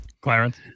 Clarence